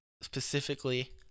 specifically